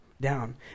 down